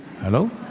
Hello